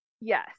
yes